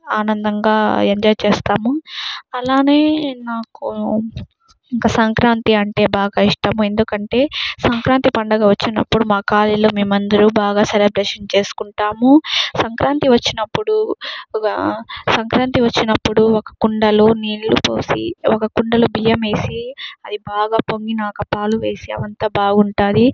ఆనందంగా ఎంజాయ్ చేస్తాము అలానే నాకు ఇంకా సంక్రాంతి అంటే బాగా ఇష్టము ఎందుకంటే సంక్రాంతి పండుగ వచ్చినప్పుడు మా కాలనీలో మేమందరం బాగా సెలబ్రేషన్ చేసుకుంటాము సంక్రాంతి వచ్చినప్పుడు ఒక సంక్రాంతి వచ్చినప్పుడు ఒక కుండలో నీళ్లు పోసి ఒక కుండలు బియ్యం వేసి అది బాగా పొంగినాక పాలు వేసే అవి అంత బాగుంటుంది